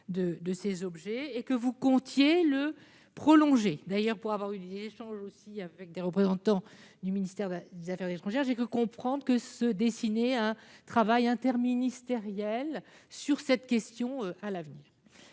de ces objets et que vous comptiez le prolonger. D'ailleurs, pour avoir également eu des échanges avec des représentants du ministère des affaires étrangères, j'ai cru comprendre que, sur cette question, un travail interministériel se dessinait pour l'avenir.